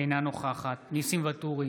אינה נוכחת ניסים ואטורי,